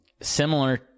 similar